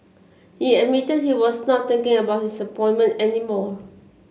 he admitted he was not thinking about his appointment any more